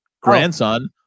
grandson